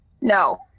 No